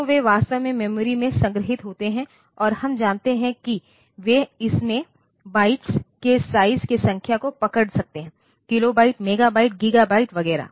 तो वे वास्तव में मेमोरी में संग्रहीत होते हैं और हम जानते हैं कि वे इसमें बाइट्स के साइज के संख्या को पकड़ सकते हैं किलोबाइट मेगाबाइट गीगाबाइट वगैरह